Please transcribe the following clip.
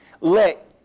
Let